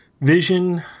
Vision